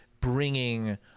bringing